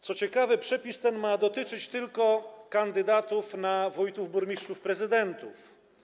Co ciekawe, przepis ten ma dotyczyć tylko kandydatów na wójtów, burmistrzów, prezydentów.